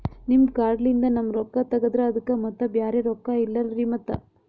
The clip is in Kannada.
ನಿಮ್ ಕಾರ್ಡ್ ಲಿಂದ ನಮ್ ರೊಕ್ಕ ತಗದ್ರ ಅದಕ್ಕ ಮತ್ತ ಬ್ಯಾರೆ ರೊಕ್ಕ ಇಲ್ಲಲ್ರಿ ಮತ್ತ?